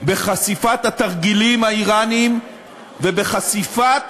בחשיפת התרגילים האיראניים ובחשיפת